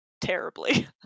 terribly